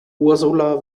ursula